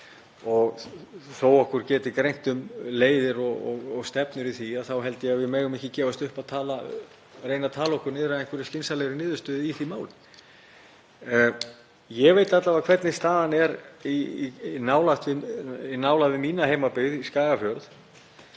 og þó að okkur geti greint á um leiðir og stefnur í því þá held ég að við megum ekki gefast upp á því að reyna að tala okkur niður á einhverja skynsamlega niðurstöðu í því máli. Ég veit alla vega hvernig staðan er í nálægð við mína heimabyggð, Skagafjörð.